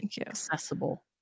accessible